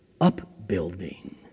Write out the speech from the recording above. upbuilding